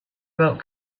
about